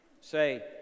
Say